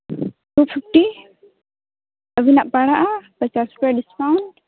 two fifty ᱟᱵᱤᱱᱟᱜ ᱯᱟᱲᱟᱜᱼᱟ ᱯᱟᱪᱟᱥ ᱨᱩᱯᱤᱭᱟ ᱰᱤᱥᱠᱟᱩᱱᱴ